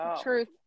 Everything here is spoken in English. Truth